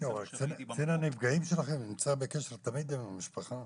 קצין הנפגעים שלכם נמצא תמיד בקשר עם המשפחה.